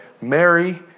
Mary